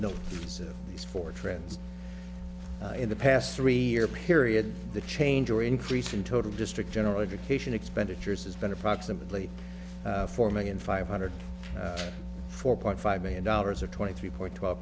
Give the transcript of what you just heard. is for trends in the past three year period the change or increase in total district general education expenditures has been approximately four million five hundred four point five million dollars or twenty three point twelve